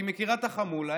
היא מכירה את החמולה,